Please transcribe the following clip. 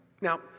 now